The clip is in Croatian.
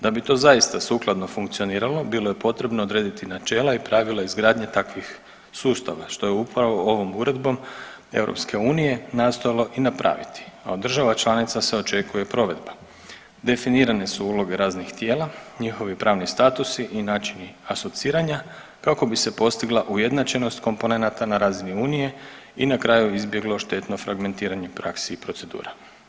Da bi to zaista sukladno funkcioniralo bilo je potrebno odrediti načela i pravila izgradnje takvih sustava što je upravo ovom uredbom EU nastojalo i napraviti, a od država članica se očekuje provedba, definirane su uloge raznih tijela, njihovi pravni statusi i načini asociranja kako bi se postigla ujednačenost komponenata na razini unije i na kraju izbjeglo štetno fragmentiranje praksi i procedura.